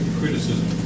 criticism